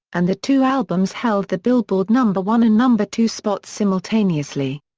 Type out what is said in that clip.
and the two albums held the billboard number one and number two spots simultaneously.